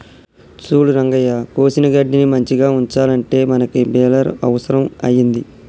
సూడు రంగయ్య కోసిన గడ్డిని మంచిగ ఉంచాలంటే మనకి బెలర్ అవుసరం అయింది